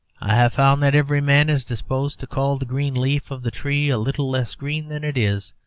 i have found that every man is disposed to call the green leaf of the tree a little less green than it is,